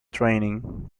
training